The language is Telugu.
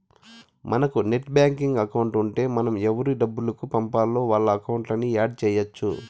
మనకు నెట్ బ్యాంకింగ్ అకౌంట్ ఉంటే మనం ఎవురికి డబ్బులు పంపాల్నో వాళ్ళ అకౌంట్లని యాడ్ చెయ్యచ్చు